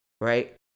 right